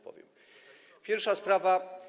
Pierwsza sprawa.